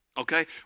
Okay